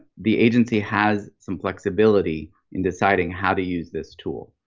the agency has some flexibility in deciding how to use this tool.